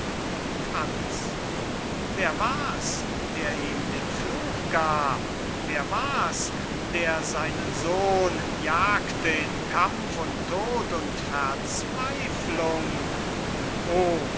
franz wer war's der ihm den fluch gab wer war's der seinen sohn jagte in kampf und tod und verzweiflung oh